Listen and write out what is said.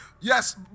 yes